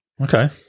okay